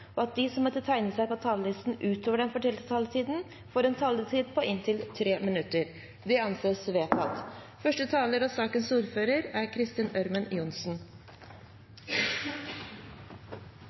og at de som måtte tegne seg på talerlisten utover den fordelte taletid, får en taletid på inntil 3 minutter. – Det anses vedtatt. Det er jo god kutyme at saksordføreren benytter anledningen til å takke for et godt, konstruktivt og